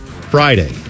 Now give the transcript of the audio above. Friday